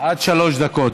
עד שלוש דקות.